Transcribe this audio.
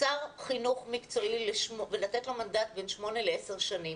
שר חינוך מקצועי ולתת לו מנדט בין שמונה לעשר שנים,